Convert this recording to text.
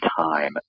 time